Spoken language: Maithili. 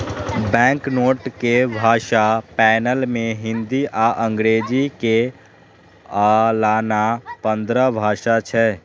बैंकनोट के भाषा पैनल मे हिंदी आ अंग्रेजी के अलाना पंद्रह भाषा छै